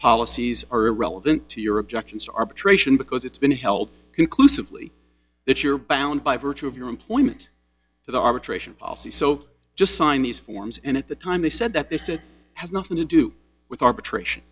policies are irrelevant to your objections arbitration because it's been held conclusively that you're bound by virtue of your employment to the arbitration policy so just sign these forms and at the time they said that they said has nothing to do with arbitration